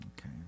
Okay